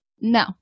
No